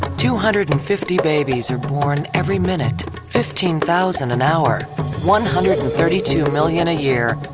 two hundred and fifty babies are born every minute fifteen-thousand an hour one hundred and thirty two million a year,